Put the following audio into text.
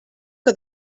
que